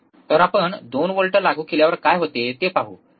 आता आपण 2 व्होल्ट लागू केल्यावर काय होते पाहू